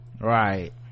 right